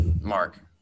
Mark